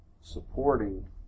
supporting